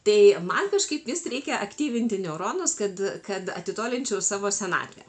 tai man kažkaip vis reikia aktyvinti neuronus kad kad atitolinčiau savo senatvę